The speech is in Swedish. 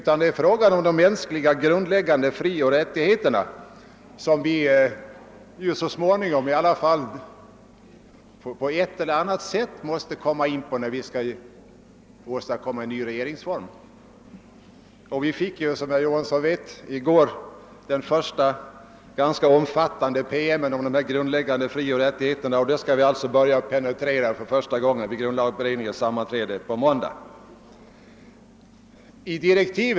Det är här fråga om de grundläggande mänskliga frioch rättigheterna, en sak som grundlagberedningen på ett eller annat sätt måste komma in på när vi skall utarbeta en ny regeringsform. Vi fick i går, som herr Johansson vet, den första ganska omfattande promemorian om de grundläggande mänskliga frioch rättigheterna, och den saken skall vi börja penetrera vid grundlagberedningens sammanträde på måndag.